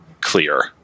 clear